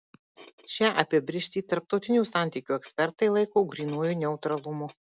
šią apibrėžtį tarptautinių santykių ekspertai laiko grynuoju neutralumu